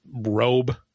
robe